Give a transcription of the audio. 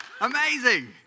Amazing